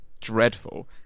dreadful